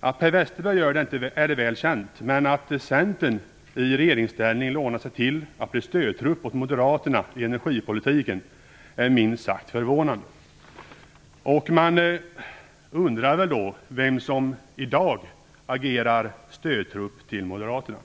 Att Per Westerberg gör det är väl känt. Men att Centern i regeringsställning lånar sig till att bli stödtrupp åt Moderaterna i energipolitiken är minst sagt förvånande. Man undrar vem som i dag agerar stödtrupp till Moderaterna.